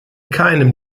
keinem